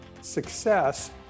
success